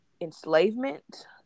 enslavement